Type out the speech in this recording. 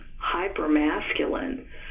hyper-masculine